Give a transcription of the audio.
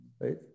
right